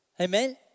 Amen